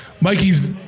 Mikey's